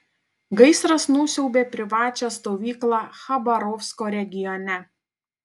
gaisras nusiaubė privačią stovyklą chabarovsko regione